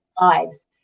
lives